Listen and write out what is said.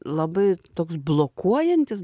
labai toks blokuojantis